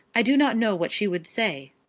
i do not know what she would say.